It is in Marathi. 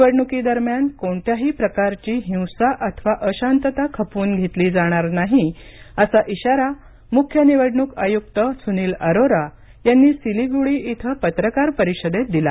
निवडणुकीदरम्यान कोणत्याही प्रकारची हिंसा अथवा अशांतता खपवून घेतली जाणार नाही असा इशारा मुख्य निवडणूक आयुक्त सुनील अरोरा यांनी सिलिगुडी इथं पत्रकार परिषदेत दिला